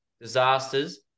disasters